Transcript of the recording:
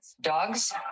dogs